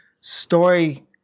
story